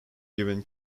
given